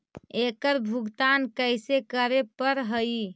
एकड़ भुगतान कैसे करे पड़हई?